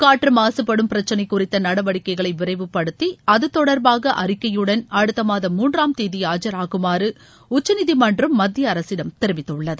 காற்று மாசுபடும் பிரச்சினை குறித்த நடவடிக்கைகளை விரைவுபடுத்தி அது தொடர்பாக அறிக்கையுடன் அடுத்த மாதம் மூன்றாம் தேதி ஆஜாகுமாறு உச்சநீதிமன்றம் மத்திய அரசிடம தெரிவித்துள்ளது